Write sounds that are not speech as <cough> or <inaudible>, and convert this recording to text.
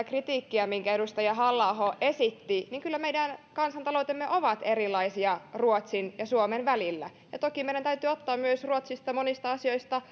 <unintelligible> kritiikkiin minkä edustaja halla aho esitti niin kyllä meidän kansantaloutemme ovat erilaisia ruotsin ja suomen välillä toki meidän täytyy ottaa myös ruotsista monista asioista <unintelligible>